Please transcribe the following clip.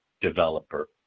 developer